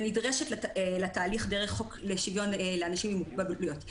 ונדרשת לתהליך דרך חוק לשוויון לאנשים עם מוגבלויות.